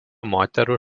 moterų